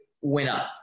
winner